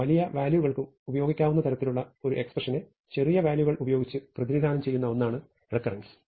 വലിയ വാല്യൂകൾക്കും ഉപയോഗിക്കാവുന്ന തരത്തിലുള്ള ഒരേ എക്സ്പ്രഷനെ ചെറിയ വാല്യൂകൾ ഉപയോഗിച്ച് പ്രതിനിധാനം ചെയ്യുന്ന ഒന്നാണ് റെക്കരൻസ്